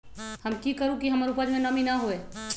हम की करू की हमर उपज में नमी न होए?